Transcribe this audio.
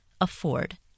afford